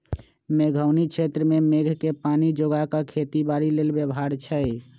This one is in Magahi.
मेघोउनी क्षेत्र में मेघके पानी जोगा कऽ खेती बाड़ी लेल व्यव्हार छै